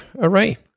array